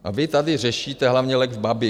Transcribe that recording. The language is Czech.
A vy tady řešíte hlavně lex Babiš.